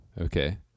Okay